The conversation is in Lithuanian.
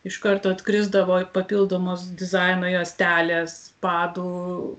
iš karto atkrisdavo papildomos dizaino juostelės padų